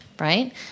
Right